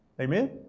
Amen